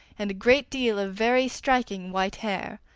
and a great deal of very striking white hair,